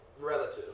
relative